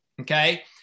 Okay